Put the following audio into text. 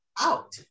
out